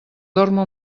dormo